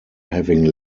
having